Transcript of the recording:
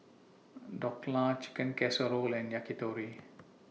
Dhokla Chicken Casserole and Yakitori